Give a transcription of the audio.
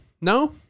No